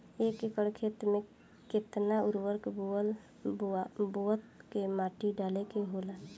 एक एकड़ खेत में के केतना उर्वरक बोअत के माटी डाले के होला?